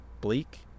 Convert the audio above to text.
bleak